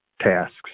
tasks